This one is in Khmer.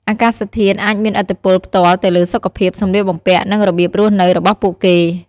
អាកាសធាតុអាចមានឥទ្ធិពលផ្ទាល់ទៅលើសុខភាព សម្លៀកបំពាក់ និងរបៀបរស់នៅរបស់ពួកគេ។